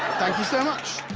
thank you so much.